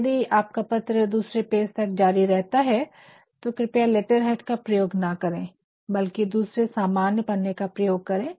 तो यदि आपका पत्र दूसरे पेज तक जारी रहता है तो कृपया लेटरहेड का प्रयोग न करे बल्कि दूसरे सामान्य पन्ने का प्रयोग करे